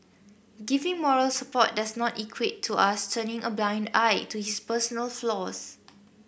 giving moral support does not equate to us turning a blind eye to his personal flaws